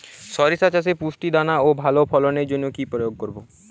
শরিষা চাষে পুষ্ট দানা ও ভালো ফলনের জন্য কি প্রয়োগ করব?